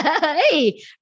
Hey